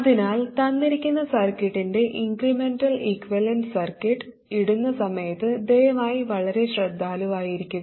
അതിനാൽ തന്നിരിക്കുന്ന സർക്യൂട്ടിൻറെ ഇൻക്രെമെന്റൽ ഇക്വിവലെന്റ് സർക്യൂട്ട് ഇടുന്ന സമയത്ത് ദയവായി വളരെ ശ്രദ്ധാലുവായിരിക്കുക